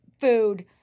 food